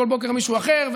בכל בוקר מישהו אחר,